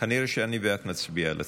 לקריאה השנייה והשלישית.